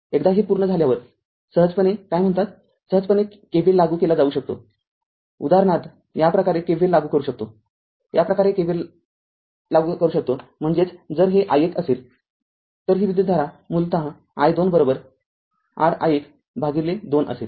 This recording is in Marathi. एकदा हे पूर्ण झाल्यावर सहजपणे r काय म्हणतात सहजपणे r KVL लागू केला जाऊ शकतो उदाहरणार्थ याप्रकारे KVL लागू करू शकतो म्हणजेच जर हे i१असेल तर ही विद्युतधारा मूलतः i२ r i१ भागिले २ असेल